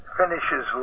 finishes